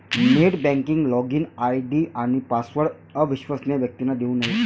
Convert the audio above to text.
net banking login ID आणि password अविश्वसनीय व्यक्तींना देऊ नये